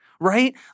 Right